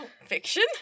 Fiction